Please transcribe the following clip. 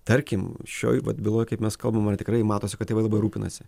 tarkim šioj vat byloj kaip mes kalbam ar tikrai matosi kad tėvai dabar rūpinasi